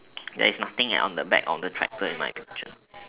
there is nothing on the back of the tractor in my picture